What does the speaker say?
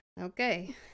Okay